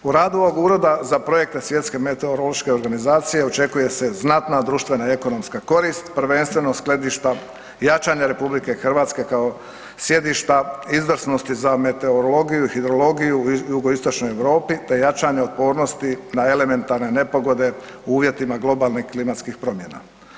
U radu ovog Ureda za projekte Svjetske meteorološke organizacije očekuje se znatna društvena i ekonomska korist, prvenstveno ... jačanja RH kao sjedišta izvrsnosti za meteorologiju i hidrologiju u jugoistočnoj Europi te jačanju otpornosti na elementarne nepogode u uvjetima globalnih klimatskih promjena.